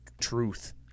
truth